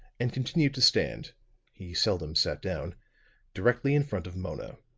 and continued to stand he seldom sat down directly in front of mona.